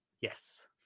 Yes